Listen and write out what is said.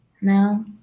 No